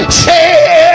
say